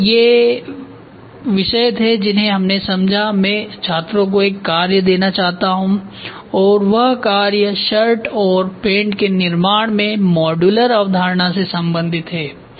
तो ये विषय थेजिन्हें हमने समझा मैं छात्रों को एक कार्य देना चाहता हूँ और वह कार्य शर्ट और पैंट के निर्माण में मॉड्यूलर अवधारणा से संबंधित हैं